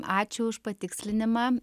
ačiū už patikslinimą